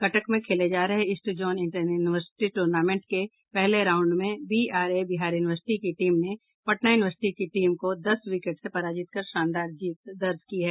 कटक में खेले जा रहे east zone inter university tournament के पहले राउंड में बीआरए बिहार यूनिवर्सिटी की टीम ने पटना यूनिवर्सिटी की टीम को दस विकेट से पराजित कर शानदान जीत दर्ज की है